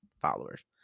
followers